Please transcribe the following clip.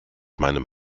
meinem